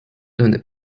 donde